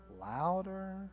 louder